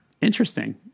interesting